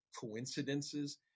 coincidences